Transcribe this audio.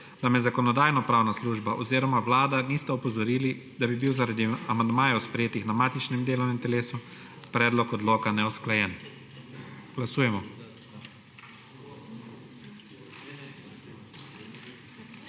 da me Zakonodajno-pravna služba oziroma Vlada nista opozorili, da bi bil zaradi amandmajev, sprejetih na matičnem delovnem telesu, predlog odloka neusklajen. Glasujemo.